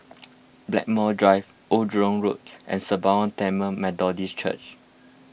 Blackmore Drive Old Jurong Road and Sembawang Tamil Methodist Church